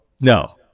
No